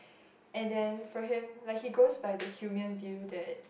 and then for him like he goes by the human view that